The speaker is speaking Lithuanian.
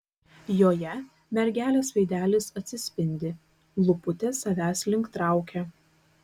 joje mergelės veidelis atsispindi lūputės savęs link traukia